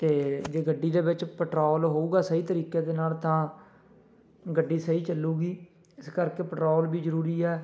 ਅਤੇ ਜੇ ਗੱਡੀ ਦੇ ਵਿੱਚ ਪੈਟਰੋਲ ਹੋਊਗਾ ਸਹੀ ਤਰੀਕੇ ਦੇ ਨਾਲ ਤਾਂ ਗੱਡੀ ਸਹੀ ਚਲੂਗੀ ਇਸ ਕਰਕੇ ਪੈਟਰੋਲ ਵੀ ਜ਼ਰੂਰੀ ਹੈ